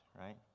right